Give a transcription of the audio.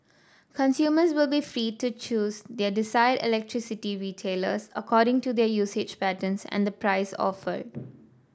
consumers will be free to choose their desired electricity retailers according to their usage patterns and the price offered